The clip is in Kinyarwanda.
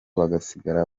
bagasigara